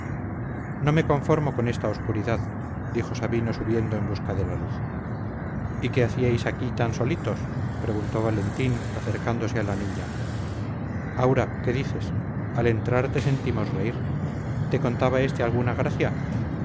no me conformo con esta obscuridad dijo sabino subiendo en busca de la luz y qué hacíais aquí tan solitos preguntó valentín acercándose a la niña aura qué dices al entrar te sentimos reír te contaba este alguna gracia